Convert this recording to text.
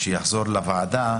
כשזה יחזור לוועדה,